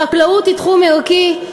החקלאות היא תחום ערכי,